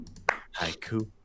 Haiku